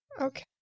Okay